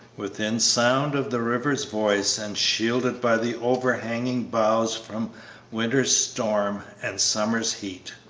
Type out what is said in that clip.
within sound of the river's voice and shielded by the overhanging boughs from winter's storm and summer's heat.